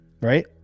right